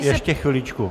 Ještě chviličku.